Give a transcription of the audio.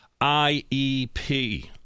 IEP